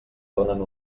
donen